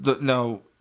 No